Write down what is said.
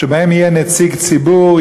שבהן יהיה נציג ציבור,